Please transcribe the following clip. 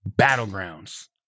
battlegrounds